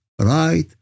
right